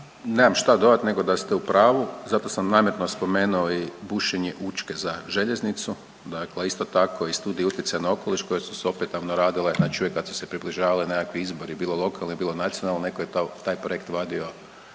nemam šta dodat nego da ste u pravu, zato sam namjerno spomenuo i bušenje Učke za željeznicu, dakle isto tako i studija utjecaja na okoliš koje su opetovano radile, znači uvijek kada su se približavale nekakvi izbori bilo lokalni, bilo nacionalni neko je taj projekt vadio